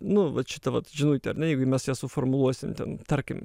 nu vat šita vat žinutė ar ne jeigu mes ją suformuluosim ten tarkim